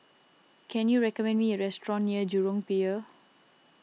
can you recommend me a restaurant near Jurong Pier